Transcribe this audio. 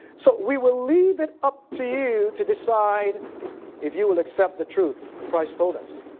so we will leave it up to you to decide if you will accept the truth christ told us.